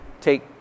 take